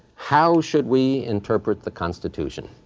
how should we interpret the constitution?